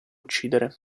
uccidere